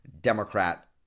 Democrat